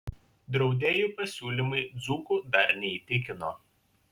draudėjų pasiūlymai dzūkų dar neįtikino